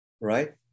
right